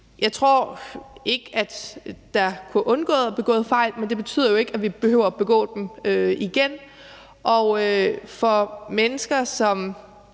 Jeg tror ikke, at det kunne være undgået, at der blev begået fejl, men det betyder jo ikke, at vi behøver at begå dem igen. Og for mennesker, som